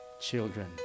children